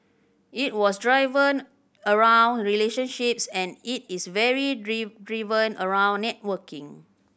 it was driven around relationships and it is very driven around networking